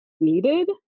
needed